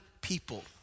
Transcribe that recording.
people